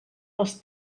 les